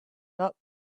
not